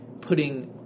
putting